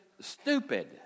stupid